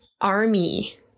ARMY